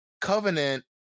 Covenant